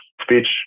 speech